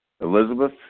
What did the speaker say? Elizabeth